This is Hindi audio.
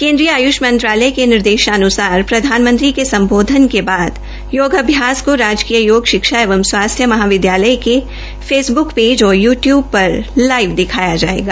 केन्द्रीय आय्ष मंत्रालय के निर्देशान्सार प्रधानमंत्री के सम्बोधन के बाद योग अभ्यास को राजकीय योग शिक्षा एवं स्वास्थ्य महाविद्यालय के फेसबुक पेज़ और यू टयूब पर लाइव दिखाया जायेगा